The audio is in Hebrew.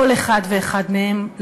כל אחד ואחד מהם,